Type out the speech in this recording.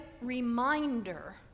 reminder